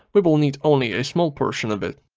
we will need only a small portion of it.